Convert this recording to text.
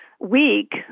week